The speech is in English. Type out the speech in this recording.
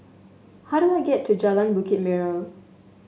how do I get to Jalan Bukit Merah